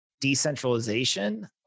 decentralization